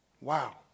Wow